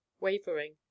wavering